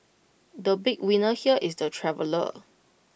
the big winner here is the traveller